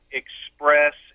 express